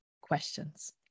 questions